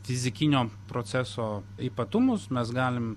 fizikinio proceso ypatumus mes galim